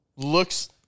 looks